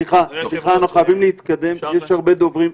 סליחה, אנחנו חייבים להתקדם, יש הרבה דוברים.